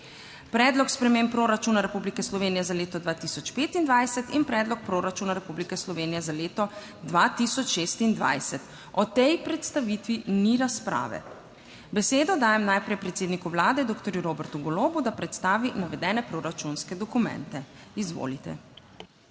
Predlog sprememb proračuna Republike Slovenije za leto 2025 in Predlog proračuna Republike Slovenije za leto 2026. O tej predstavitvi ni razprave. Besedo dajem najprej predsedniku Vlade, doktorju Robertu Golobu, da predstavi navedene proračunske dokumente. Izvolite.